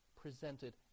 presented